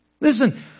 Listen